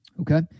Okay